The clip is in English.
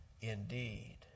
indeed